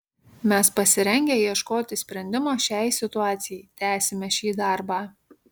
mes pasirengę ieškoti sprendimo šiai situacijai tęsime šį darbą